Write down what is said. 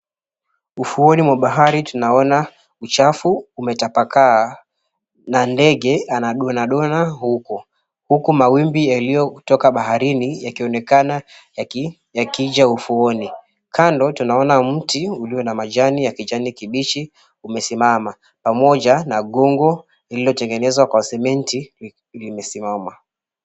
Ufuoni mwa bahari, tunaona uchafu umetapakaa na ndege anadonadona huku, huku mawimbi yaliyotoka baharini yakionekana yakija ufuoni. Kando tunaona mti ulio na majani ya kijani kibichi umesimama, pamoja na gongo lililotengenezwa kwa cement limesimama.